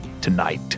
tonight